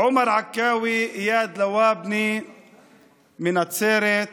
עומר עכאווי, איאד לואבנה מנצרת,